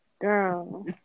girl